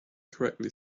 correctly